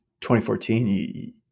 2014